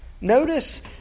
Notice